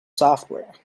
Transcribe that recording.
software